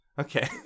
Okay